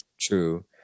true